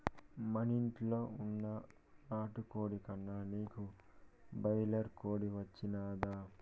మనింట్ల వున్న నాటుకోడి కన్నా నీకు బాయిలర్ కోడి నచ్చినాదా